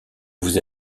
vous